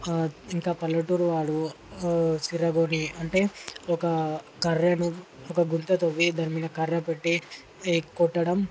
ఇంక పల్లెటూరి వాళ్లు సిరగుడి అంటే ఒక కర్రను ఒక గుంత తవ్వి దానిమీద కర్ర పెట్టి కొట్టడం